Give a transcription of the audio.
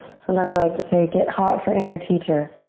sometimes i like to say get hot for inner teacher.